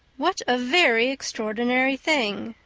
what a very extraordinary thing!